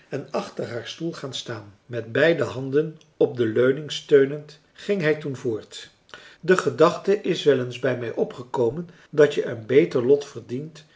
en achter haar stoel gaan staan met beide handen op de leuning steunend ging hij toen voort de gedachte is wel eens bij mij opgekomen dat je een beter lot verdient